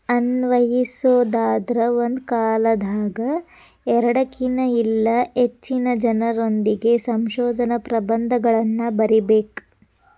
ಅನ್ವಯಿಸೊದಾದ್ರ ಒಂದ ಕಾಲದಾಗ ಎರಡಕ್ಕಿನ್ತ ಇಲ್ಲಾ ಹೆಚ್ಚಿನ ಜನರೊಂದಿಗೆ ಸಂಶೋಧನಾ ಪ್ರಬಂಧಗಳನ್ನ ಬರಿಬೇಕ್